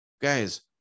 guys